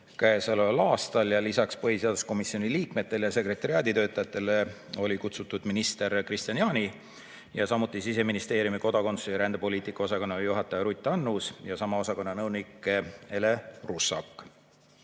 käesoleval aastal. Lisaks põhiseaduskomisjoni liikmetele ja sekretariaadi töötajatele olid kutsutud minister Kristian Jaani, samuti Siseministeeriumi kodakondsus‑ ja rändepoliitika osakonna juhataja Ruth Annus ning sama osakonna nõunik Ele Russak.